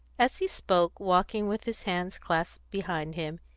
as he spoke, walking with his hands clasped behind him,